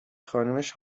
خانومش